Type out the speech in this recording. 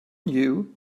knew